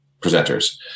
presenters